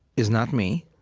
is not me,